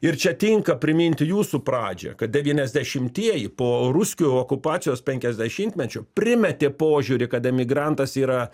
ir čia tinka priminti jūsų pradžią kad devyniasdešimtieji po ruskių okupacijos penkiasdešimtmečio primetė požiūrį kad emigrantas yra